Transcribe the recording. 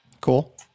cool